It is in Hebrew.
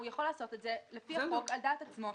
הוא יכול לעשות את זה לפי החוק על דעת עצמו.